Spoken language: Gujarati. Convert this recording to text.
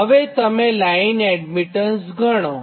હવે તમે લાઇન એડમીટન્સ ગણો